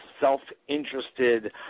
self-interested